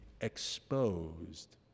exposed